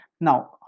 Now